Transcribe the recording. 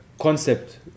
concept